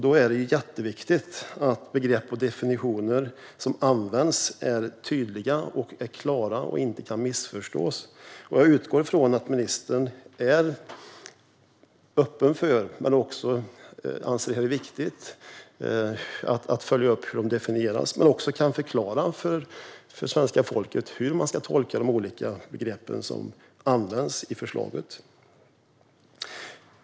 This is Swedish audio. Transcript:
Då är det jätteviktigt att de begrepp och definitioner som används är tydliga och klara och inte kan missförstås. Jag utgår från att ministern är öppen för men också anser att det är viktigt att följa upp och förklara för svenska folket hur man ska tolka de olika definitioner och begrepp som används i förslaget.